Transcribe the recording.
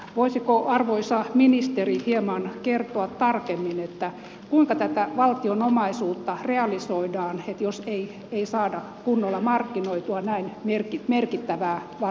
voisiko arvoisa ministeri hieman kertoa tarkemmin kuinka tätä valtion omaisuutta realisoidaan jos ei saada kunnolla markkinoitua näin merkittävää varallisuutta